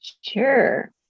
sure